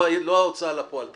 לא ההוצאה לפועל תחליט.